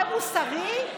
זה מוסרי?